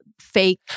fake